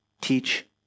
teach